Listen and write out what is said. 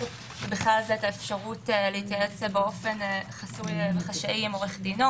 ובכלל זה את האפשרות להיוועץ באופן חשאי עם עורך דינו.